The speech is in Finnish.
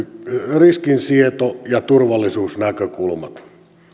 riskinsieto ja turvallisuusnäkökulmat